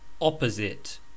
Opposite